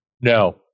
No